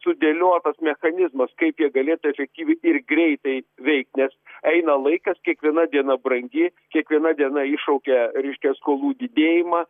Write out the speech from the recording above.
sudėliotas mechanizmas kaip jie galėtų efektyviai ir greitai veikt nes eina laikas kiekviena diena brangi kiekviena diena iššaukia reiškia skolų didėjimą